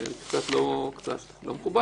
זה קצת לא מכובד,